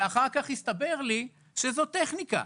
ואחר כך הסתבר לי שזו טכניקה,